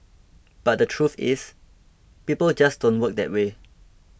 but the truth is people just don't work that way